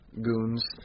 Goons